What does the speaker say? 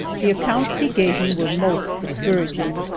the accounts he gave me were most discouraging.